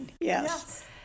Yes